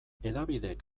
hedabideek